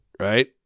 Right